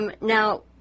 Now